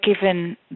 given